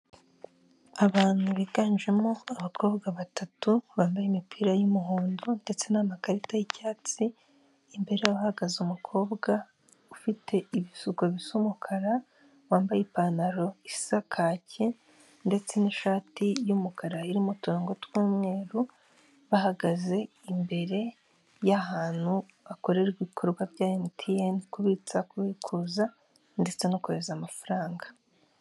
Abantu biganjemo abakobwa batatu bambaye imipira y'umuhondo ndetse n'amakarita y'icyatsi imbere uhagaze umukobwa ufite ibisuko bisa umukara wambaye ipantaro isa kake ndetse n'ishati y'umukara irimo uturongo tw'umweru bahagaze imbere y'ahantu hakorerwa ibikorwa bya MTN kubitsa kubikuza ndetse no kohereza amafaranga.